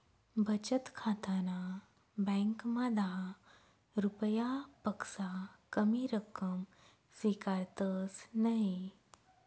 बचत खाताना ब्यांकमा दहा रुपयापक्सा कमी रक्कम स्वीकारतंस नयी